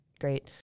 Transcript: great